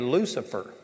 Lucifer